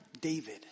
David